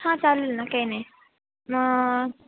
हां चालेल ना काही नाही मग